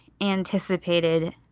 anticipated